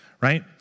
right